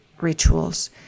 rituals